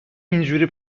اینجوری